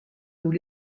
nous